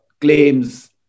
claims